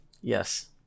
Yes